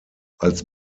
als